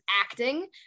acting